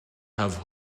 have